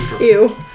Ew